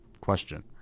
question